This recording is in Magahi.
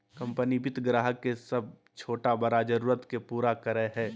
कंपनी वित्त ग्राहक के सब छोटा बड़ा जरुरत के पूरा करय हइ